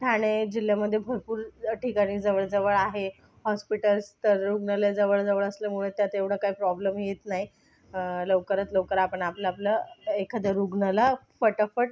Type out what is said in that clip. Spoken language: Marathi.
ठाणे जिल्ह्यामध्ये भरपूर ठिकाणी जवळजवळ आहे हॉस्पिटल्स तर रुग्णालय जवळ जवळ असल्यामुळे त्यात एवढा काय प्रॉब्लम येत नाही लवकरात लवकर आपण आपलं आपलं एखाद्या रुग्णाला फटाफट